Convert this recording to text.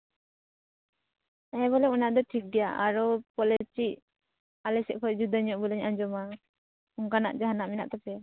ᱦᱮᱸ ᱵᱚᱞᱮ ᱚᱱᱟᱫᱚ ᱴᱷᱤᱠᱜᱮᱭᱟ ᱟᱨᱚ ᱯᱟᱞᱮ ᱪᱮᱫ ᱟᱞᱮ ᱥᱮᱫ ᱠᱷᱚᱱ ᱡᱩᱫᱟᱹ ᱧᱚᱜ ᱵᱚᱞᱮᱧ ᱟᱸᱡᱚᱢᱟ ᱚᱱᱠᱟᱱᱟᱜ ᱡᱟᱦᱟᱱᱟᱜ ᱢᱮᱱᱟᱜ ᱛᱟᱯᱮᱭᱟ